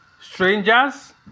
strangers